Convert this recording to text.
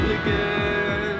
again